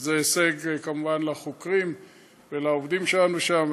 שזה הישג כמובן לחוקרים ולעובדים שלנו שם,